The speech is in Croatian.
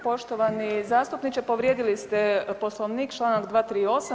Poštovani zastupniče povrijedili ste Poslovnik čl. 238.